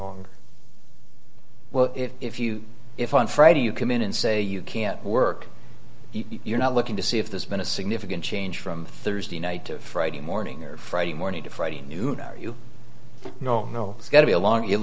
long well if you if on friday you commit and say you can't work you're not looking to see if there's been a significant change from thursday night friday morning or friday morning to friday noon or you know no it's going to be a long you